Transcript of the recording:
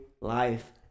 life